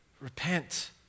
repent